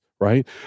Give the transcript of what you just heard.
right